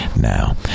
now